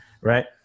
Right